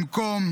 במקום